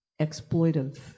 exploitive